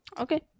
Okay